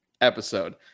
episode